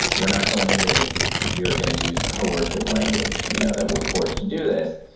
we're not going into this if if you're going to use coercive language, you know, that we're forced to do this.